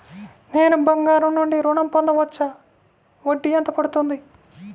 నేను బంగారం నుండి ఋణం పొందవచ్చా? వడ్డీ ఎంత పడుతుంది?